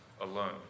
alone